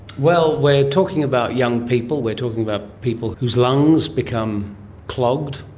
well, we're talking about young people, we're talking about people whose lungs become clogged,